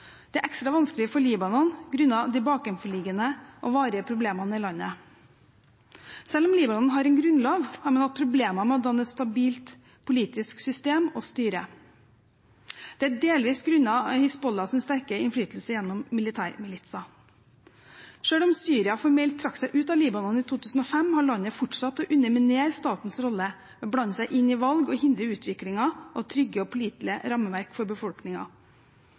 Det er ekstra vanskelig for Libanon grunnet de bakenforliggende og varige problemene i landet. Selv om Libanon har en grunnlov, har man hatt problemer med å danne et stabilt politisk system og styre. Det er delvis grunnet Hizbollahs sterke innflytelse gjennom militærmilitser. Selv om Syria formelt trakk seg ut av Libanon i 2005, har landet fortsatt å underminere statens rolle ved å blande seg inn i valg og hindre utviklingen av trygge og pålitelige rammeverk for